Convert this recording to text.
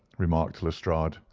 remarked lestrade.